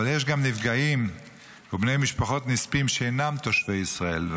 אבל יש גם נפגעים ובני משפחות נספים שאינם תושבי ישראל.